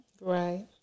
Right